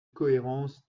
cohérence